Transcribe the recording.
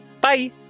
Bye